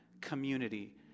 community